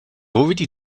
already